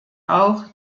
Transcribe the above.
auch